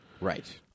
Right